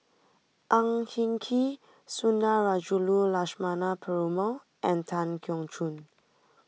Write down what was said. Ang Hin Kee Sundarajulu Lakshmana Perumal and Tan Keong Choon